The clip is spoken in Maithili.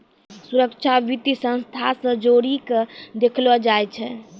सुरक्षा वित्तीय संस्था से जोड़ी के देखलो जाय छै